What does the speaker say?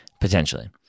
potentially